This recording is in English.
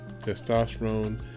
testosterone